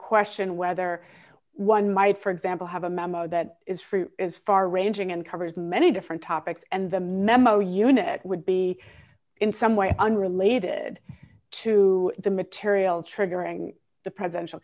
question whether one might for example have a memo that is free is far ranging and covers many different topics and the memo unit would be in some way unrelated to the material triggering the presidential